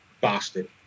Bastard